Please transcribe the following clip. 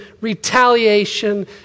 retaliation